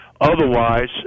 Otherwise